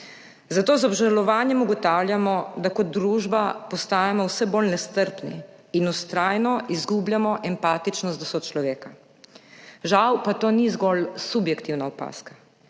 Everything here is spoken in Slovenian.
zato z obžalovanjem ugotavljamo, da kot družba postajamo vse bolj nestrpni in vztrajno izgubljamo empatičnost do sočloveka. Žal pa to ni zgolj subjektivna opazka.